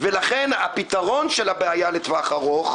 לכן הפתרון של הבעיה לטווח הארוך,